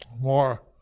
more